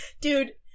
Dude